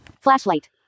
Flashlight